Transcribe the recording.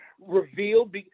revealed